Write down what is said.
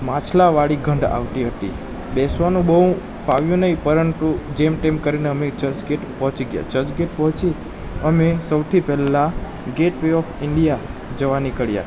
માછલાવાળી ગંધ આવતી હતી બેસવાનું બહુ ફાવ્યું નહીં પરંતુ જેમ તેમ કરીને અમે ચર્ચગેટ પહોંચી ગયાં ચર્ચગેટ પહોંચી અમે સૌથી પહેલા ગેટ વે ઓફ ઇન્ડિયા જવા નીકળ્યાં